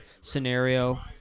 scenario